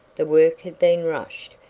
the work had been rushed,